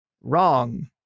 Wrong